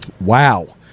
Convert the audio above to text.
Wow